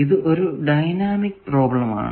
ഇത് ഒരു dynamic problem ആണ്